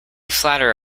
flatter